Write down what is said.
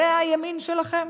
זה הימין שלכם?